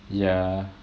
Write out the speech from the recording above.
yeah